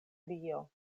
dio